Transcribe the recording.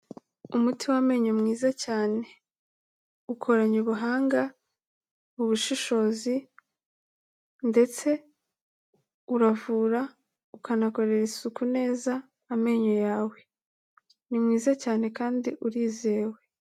Umuti w'amenyo mwiza cyane. Ukoranye ubuhanga, ubushishozi ndetse uravura ukanakorera isuku neza amenyo yawe. Ni mwiza cyane kandi urizewe.